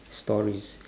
stories